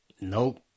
Nope